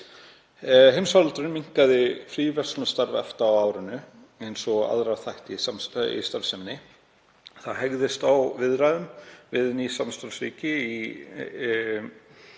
Heimsfaraldurinn markaði fríverslunarstarf EFTA á árinu eins og aðra þætti í starfseminni. Það hægðist á viðræðum við ný samstarfsríki í